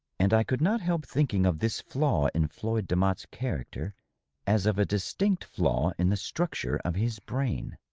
and i could not help thinking of this flaw in floyd demotte's character as of a distinct flaw in the structure of his brain.